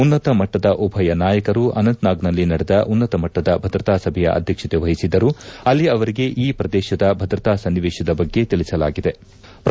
ಉನ್ನತ ಮಟ್ಟದ ಉಭಯ ನಾಯಕರು ಅನಂತ್ನಾಗ್ನಲ್ಲಿ ನಡೆದ ಉನ್ನತ ಮಟ್ಟದ ಭದ್ರತಾ ಸಭೆಯ ಅಧ್ಯಕ್ಷತೆ ವಹಿಸಿದ್ದರು ಅಲ್ಲಿ ಅವರಿಗೆ ಈ ಪ್ರದೇಶದ ಭದ್ರತಾ ಸನ್ನಿವೇಶದ ಬಗ್ಗೆ ತಿಳಿಸಲಾಯಿತು